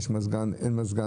אם יש מזגן או אין מזגן,